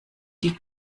die